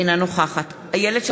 אינה נוכחת איילת שקד,